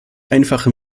einfache